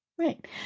Right